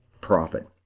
profit